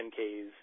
10ks